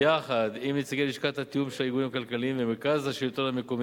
יחד עם נציגי לשכת התיאום של הארגונים הכלכליים ומרכז השלטון המקומי,